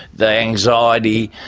the anxiety,